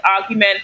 argument